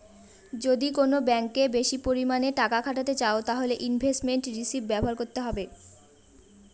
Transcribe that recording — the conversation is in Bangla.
যদি কোন ব্যাঙ্কে বেশি পরিমানে টাকা খাটাতে চাও তাহলে ইনভেস্টমেন্ট রিষিভ ব্যবহার করতে হবে